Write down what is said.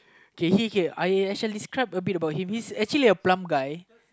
okay okay I shall describe a bit about him him his actually a plump guy